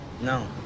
No